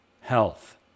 health